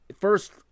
first